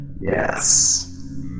Yes